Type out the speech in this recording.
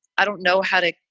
i don't know how to.